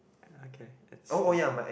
uh okay it's certain